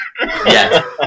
Yes